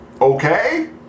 okay